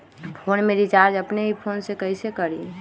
Phone में recharge अपने ही फ़ोन से कईसे करी?